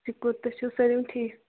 شُکُر تۄہہِ چھو سٲلِم ٹھیٖک